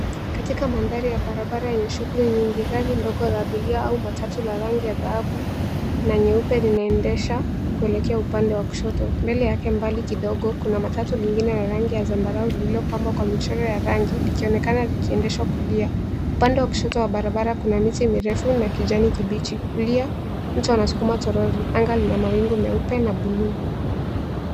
Katika mandhari ya barabara yenye shughuli nyingi, gari ndogo la abiria au matatu la rangi ya dhahabu na nyeupe linaendesha kuelekea upande wa kushoto. Mbele yake mbali kidogo, kuna matatu lingine la rangi ya zambarau lililopambwa kwa michoro ya rangi likionekana likiendeshwa kulia. Upande wa kushoto wa barabara kuna miti mirefu na kijani kibichi. Kulia, mtu anasukuma toroli. Anga lina mawingu meupe na buluu.